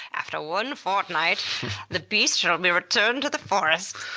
after one fortnight the beast shall be returned to the forest.